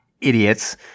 idiots